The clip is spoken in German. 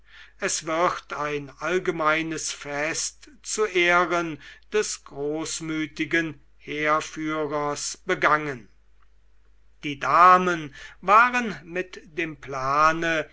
es wird ein allgemeines fest zu ehren des großmütigen heerführers begangen die damen waren mit dem plane